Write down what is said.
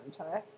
okay